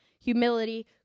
humility